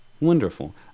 Wonderful